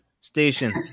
Station